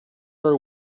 are